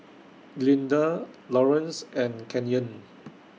Glinda Laurance and Kenyon